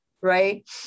right